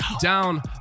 down